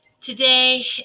Today